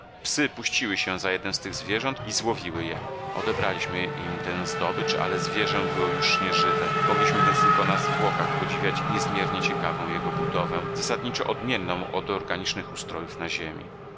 puściły się za jednem z tych zwierząt i złowiły je odebraliśmy im tę zdobycz ale zwierzę było już nie żywe mogliśmy więc tylko na zwłokach podziwiać niezmiernie ciekawą jego budowę zasadniczo odmienną od organicznych ustrojów na ziemi